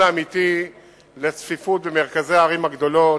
לגבי הפתרון האמיתי לצפיפות במרכזי הערים הגדולות,